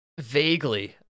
Vaguely